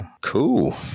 cool